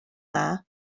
dda